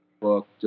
book